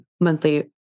monthly